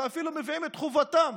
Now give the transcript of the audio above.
ואפילו מביעים את חובתם